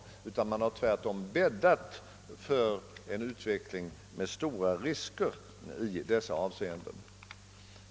Tvärtom bäddar man för en utveckling som innebär stora risker i det avseendet.